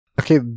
Okay